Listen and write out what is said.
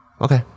okay